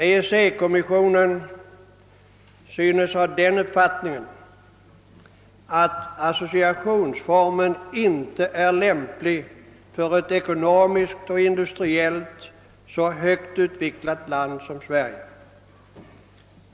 EEC-kommissionen synes ha den uppfattningen att associationsformen inte är lämplig för ett ekonomiskt och industriellt så högt utvecklat land som Sverige.